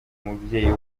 mubyeyi